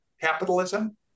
capitalism